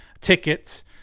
tickets